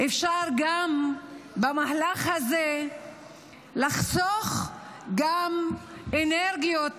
אפשר במהלך הזה לחסוך גם אנרגיות,